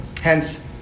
Hence